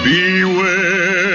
Beware